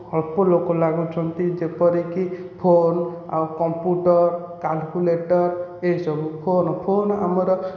ଅଳ୍ପ ଲୋକ ଲାଗୁଛନ୍ତି ଯେପରିକି ଫୋନ ଆଉ କମ୍ପ୍ୟୁଟର୍ କାଲକ୍ୟୁଲେଟର୍ ଏଇସବୁ ଫୋନ ଫୋନ ଆମର